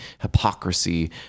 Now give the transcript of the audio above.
hypocrisy